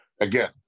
Again